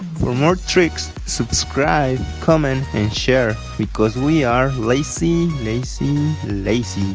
for more tricks subscribe, comment, and share because we are lazy lazy lazy!